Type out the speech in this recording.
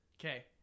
okay